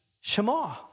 Shema